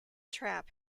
trap